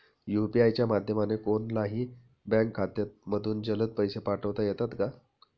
UPI च्या माध्यमाने कोणलाही बँक खात्यामधून जलद पैसे पाठवता येतात का?